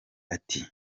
ati